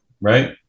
right